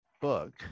book